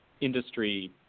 industry